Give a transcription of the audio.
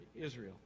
Israel